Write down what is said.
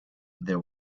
there